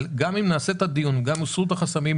גם אם נעשה את הדיון ויוסרו החסמים,